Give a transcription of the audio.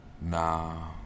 Nah